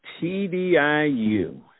TDIU